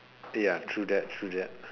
ya true that true that